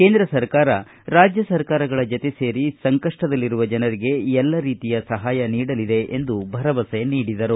ಕೇಂದ್ರ ಸರ್ಕಾರ ರಾಜ್ಯ ಸರ್ಕಾರಗಳ ಜತೆ ಸೇರಿ ಸಂಕಷ್ಷದಲ್ಲಿರುವ ಜನರಿಗೆ ಎಲ್ಲ ರೀತಿಯ ಸಹಾಯ ನೀಡಲಿದೆ ಎಂದು ಹೇಳಿದರು